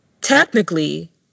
technically